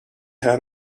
had